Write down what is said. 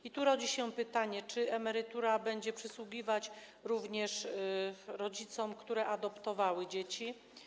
I tu rodzi się pytanie: Czy emerytura będzie przysługiwać również rodzicom, którzy adoptowali dzieci?